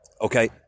Okay